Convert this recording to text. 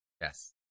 Yes